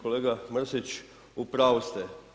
Kolega Mrsić, u pravu ste.